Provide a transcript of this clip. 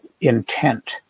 intent